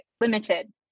limited